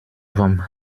vom